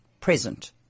present